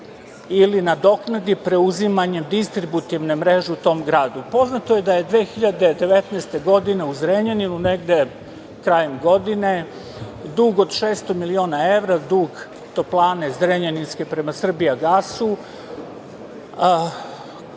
ili nadoknadi preuzimanjem distributivne mreže u tom gradu. Poznato je da je 2019. godine u Zrenjaninu, negde krajem godine dug od 600 miliona evra, dug Zrenjaninske toplane prema „Srbijagasu“